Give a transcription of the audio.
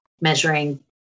measuring